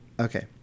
Okay